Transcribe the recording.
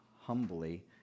humbly